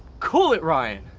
cool it ryan!